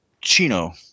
Chino